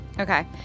Okay